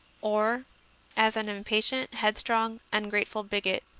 or as an impatient, headstrong, ungrateful bigot.